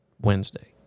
Wednesday